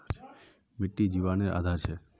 मिटटी जिवानेर आधार छे